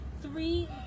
three